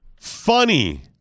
Funny